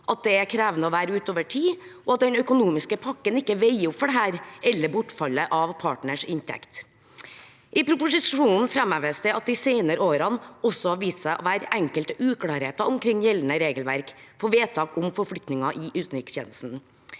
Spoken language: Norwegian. at det er krevende å være ute over tid, og at den økonomiske pakken ikke veier opp for dette eller bortfallet av partners inntekt. I proposisjonen framheves det at det de senere årene også har vist seg å være enkelte uklarheter omkring gjeldende regelverk for vedtak om forflytninger i utenrikstjenesten.